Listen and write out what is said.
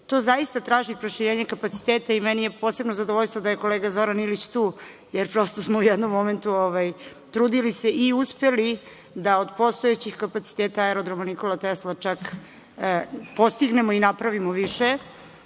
To zaista traži proširenje kapaciteta. Meni je posebno zadovoljstvo da je kolega Zoran Ilić tu jer prosto smo u jednom momentu trudili se i uspeli da od postojećih kapaciteta aerodroma „Nikola Tesla“ čak postignemo i napravimo više